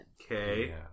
Okay